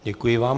Děkuji vám.